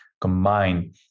combine